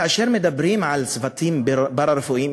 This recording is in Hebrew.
כאשר מדברים על צוותים פארה-רפואיים,